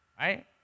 Right